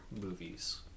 movies